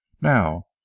Now